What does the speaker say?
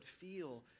feel